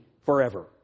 forever